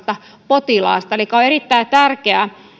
potilaita on erittäin tärkeää